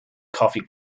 coffee